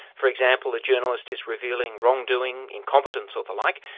for example, the journalist is revealing wrongdoing, incompetence or the like.